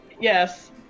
Yes